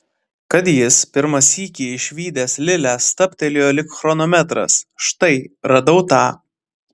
kad jis pirmą sykį išvydęs lilę stabtelėjo lyg chronometras štai radau tą